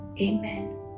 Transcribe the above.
amen